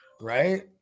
Right